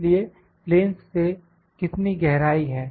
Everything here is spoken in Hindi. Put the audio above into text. इसलिए प्लेंस से कितनी गहराई है